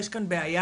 יש כאן בעיה,